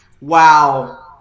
Wow